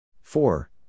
four